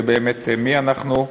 באמת מי אנחנו,